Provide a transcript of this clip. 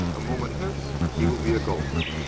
a moment hence he will be a golfer.